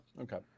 Okay